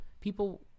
people